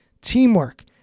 teamwork